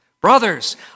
Brothers